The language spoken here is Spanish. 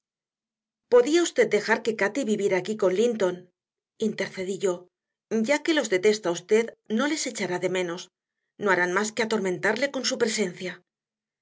podía usted dejar que cati viviera aquí con linton intercedí yo ya que los detesta usted no les echará de menos no harán más que atormentarle con su presencia